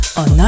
on